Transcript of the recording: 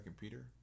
Peter